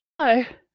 Hi